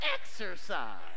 exercise